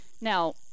now